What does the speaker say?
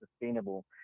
sustainable